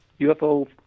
UFO